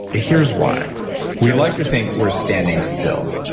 here's why we like to think we're standing still.